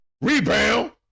Rebound